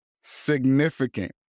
significant